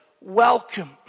welcome